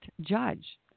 judge